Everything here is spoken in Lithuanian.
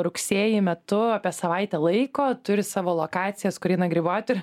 rugsėjį metu apie savaitę laiko turi savo lokacijas kur eina grybauti